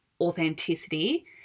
authenticity